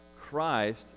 Christ